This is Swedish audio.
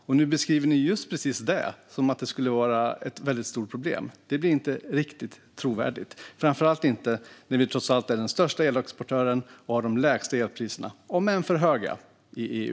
Och nu beskriver ni just precis det som om det skulle vara ett stort problem. Det blir inte riktigt trovärdigt, framför allt inte när vi trots allt är den största elexportören och har de lägsta elpriserna - om än för höga - i EU.